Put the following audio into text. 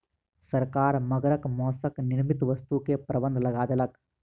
सरकार मगरक मौसक निर्मित वस्तु के प्रबंध लगा देलक